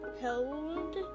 held